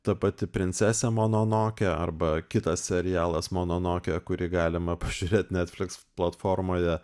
ta pati princesė mononokė arba kitas serialas mononokė kurį galima pažiūrėt netfliks platformoje